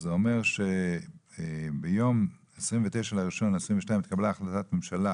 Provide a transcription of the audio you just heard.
אז זה אומר ש"ביום 29.01.2022 התקבלה החלטת ממשלה